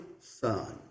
son